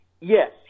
Yes